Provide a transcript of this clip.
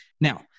Now